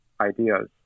ideas